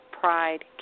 pride